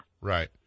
Right